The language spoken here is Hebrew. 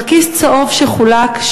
נרקיס צהוב שחולק,